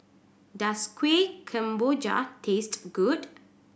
does Kuih Kemboja taste good